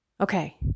Okay